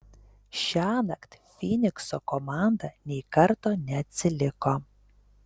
šiąnakt fynikso komanda nei karto neatsiliko